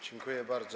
Dziękuję bardzo.